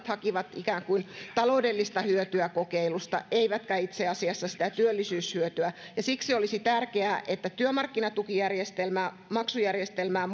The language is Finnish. hakivat ikään kuin taloudellista hyötyä kokeilusta eivätkä itse asiassa sitä työllisyyshyötyä ja siksi olisi tärkeää että työmarkkinatukijärjestelmää maksujärjestelmää